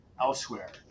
elsewhere